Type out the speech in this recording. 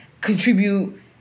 contribute